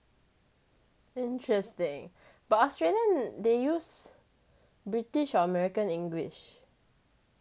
interesting but australian they use british or american english